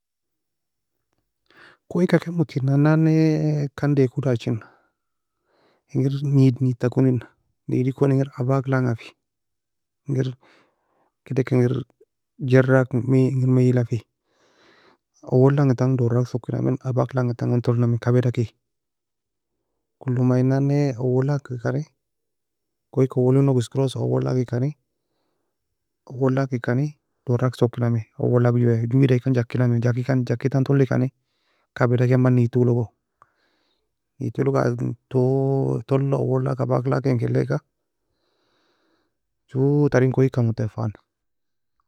Koye ka ken motina nannae kandieko dachina, ingir neid neid ta konena neodi ekon engir abak langa fe, engir kedik engir geir lakin mi maila fe, awal langintan dorak soki namei abak langintan touly namei kabeda ke, kolo ma in nanae awlal lakikani koyka awal enog eskirosa awal lakikani, awal lakikani, dorak sokey namei, awal lak joe wida ki, joe weada kikani jakinamei, jakikan jakintan touly kani kabeda jaman neid toe lago, neid toe log, neid toe log toulla awal lak abak lakain hekeleka joo tern koye ka motae fan.